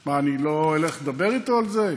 מה, אני לא אלך לדבר אתו על זה?